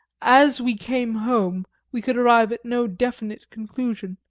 as we came home we could arrive at no definite conclusion.